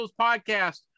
Podcast